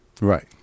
Right